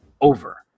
over